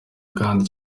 kandi